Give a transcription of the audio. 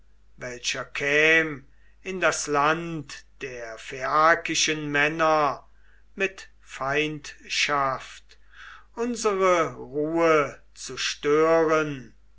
welcher käm in das land der phaiakischen männer mit feindschaft unsre ruhe zu stören